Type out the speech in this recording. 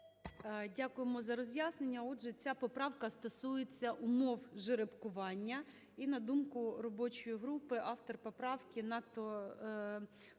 Дякуємо за роз'яснення. Отже, ця поправка стосується умов жеребкування, і, на думку робочої групи, автор поправки надто жорстко